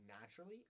naturally